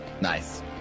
Nice